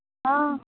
हँ